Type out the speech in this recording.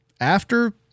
after-